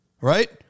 right